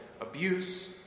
abuse